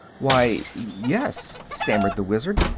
why, yes, stammered the wizard.